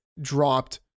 dropped